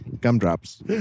Gumdrops